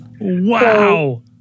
Wow